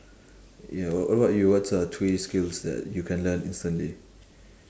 ya wha~ what about you what's uh three skills that you can learn instantly